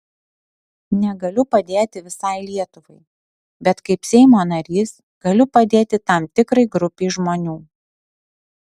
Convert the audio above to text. negaliu padėti visai lietuvai bet kaip seimo narys galiu padėti tam tikrai grupei žmonių